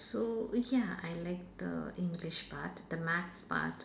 so ya I like the english part the maths part